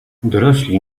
dorośli